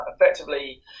effectively